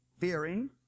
fearing